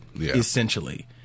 essentially